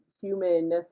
human